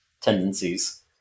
tendencies